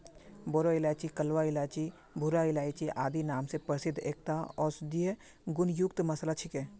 बोरो इलायची कलवा इलायची भूरा इलायची आदि नाम स प्रसिद्ध एकता औषधीय गुण युक्त मसाला छिके